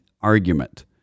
argument